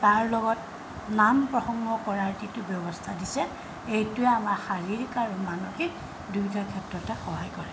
তাৰ লগত নাম প্ৰসংগ কৰাৰ যিটো ব্যৱস্থা দিছে এইটোৱে আমাৰ শাৰীৰিক আৰু মানসিক দুয়োবিধৰ ক্ষেত্ৰতে সহায় কৰে